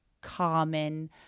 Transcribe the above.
common